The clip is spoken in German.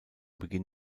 beginn